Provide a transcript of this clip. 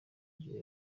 igihe